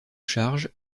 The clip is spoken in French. charge